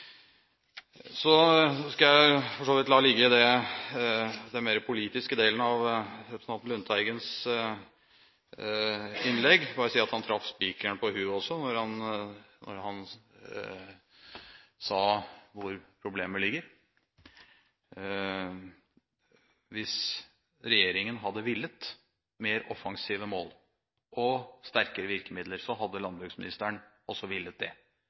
Så skal jeg for så vidt la den mer politiske delen av Lundteigens innlegg ligge, men bare si at han også traff spikeren på hodet da han sa hvor problemet ligger. Hvis regjeringen hadde villet ha mer offensive mål og sterkere virkemidler, hadde landbruksministeren også villet det.